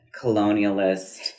colonialist